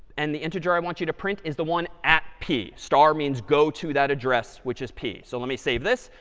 and the integer i want you to print is the one at p. star means go to that address, which is p. so let me save this,